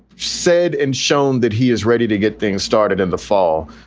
said and shown that he is ready to get things started in the fall.